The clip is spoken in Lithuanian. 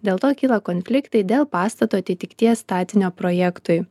dėl to kyla konfliktai dėl pastato atitikties statinio projektui